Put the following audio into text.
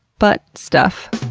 butt stuff.